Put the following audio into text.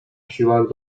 siłach